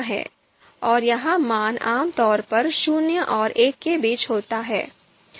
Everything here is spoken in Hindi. और यह मान आमतौर पर शून्य और एक के बीच होता है